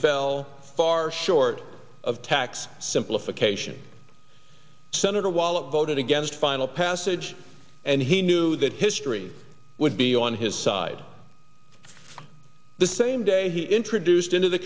fell far short of tax simplification sen wallah voted against final passage and he knew that history would be on his side the same day he introduced into the